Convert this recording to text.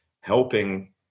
helping